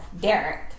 Derek